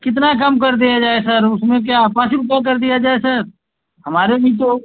कितना कम कर दिया जाए सर उसमें क्या पाँच रुपये कर दिया जाए सर हमारे भी तो